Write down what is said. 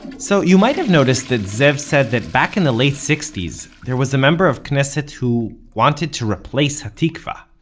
so you might have noticed that zev said that back in the late-sixties there was a member of knesset who wanted to replace ha'tikvah.